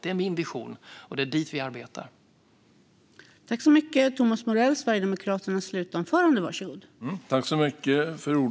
Det är min vision, och det är den vi arbetar för att uppnå.